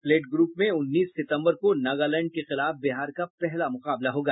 plate group में उन्नीस सितंबर को नागालैंड के खिलाफ बिहार का पहला मुकाबला होगा